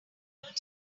people